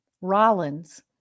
Rollins